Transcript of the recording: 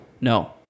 No